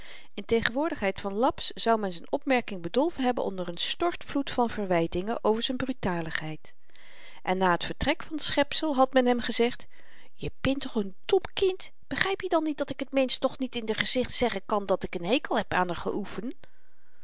in tegenwoordigheid van laps zou men z'n opmerking bedolven hebben onder n stortvloed van verwytingen over z'n brutaligheid en na t vertrek van t schepsel had men hem gezegd je bent toch n dom kind begryp je dan niet dat ik t mensch toch niet in r gezicht zeggen kan dat ik n hekel heb aan haar geoefen